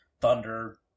Thunder